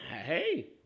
Hey